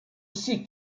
aussi